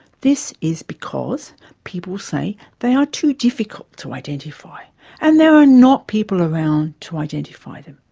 this is because people say they are too difficult to identify and there are not people around to identify them.